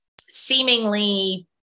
seemingly